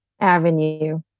Avenue